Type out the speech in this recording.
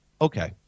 Okay